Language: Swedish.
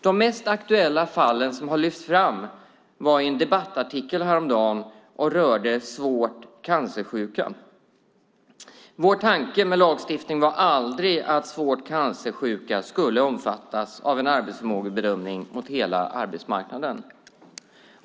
De mest aktuella fallen som har lyfts fram var i en debattartikel häromdagen och rörde svårt cancersjuka. Vår tanke med lagstiftningen var aldrig att svårt cancersjuka skulle omfattas av en arbetsförmågebedömning mot hela arbetsmarknaden.